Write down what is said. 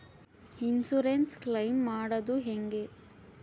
Insurance claim ಮಾಡದು ಹೆಂಗೆ?